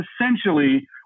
essentially